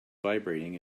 vibrating